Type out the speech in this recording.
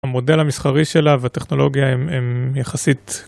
המודל המסחרי שלה והטכנולוגיה הם יחסית.